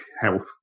health